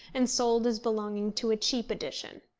and sold as belonging to a cheap edition.